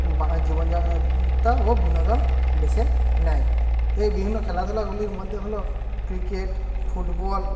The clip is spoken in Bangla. জীবনযাত্রা ও বিনোদন বেছে নেয় এই বিভিন্ন খেলাধূলাগুলির মধ্যে হল ক্রিকেট ফুটবল